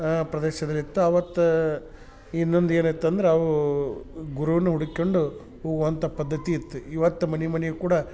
ಆಯಾ ಪ್ರದೇಶದಲ್ಲಿ ಇತ್ತು ಅವತ್ತು ಇನ್ನೊಂದು ಏನಿತ್ತು ಅಂದ್ರೆ ಅವು ಗುರುನ ಹುಡಿಕೊಂಡು ಹೋಗುವಂಥ ಪದ್ಧತಿ ಇತ್ತು ಇವತ್ತು ಮನೆ ಮನೆಗ್ ಕೂಡ